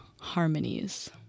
harmonies